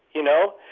you know,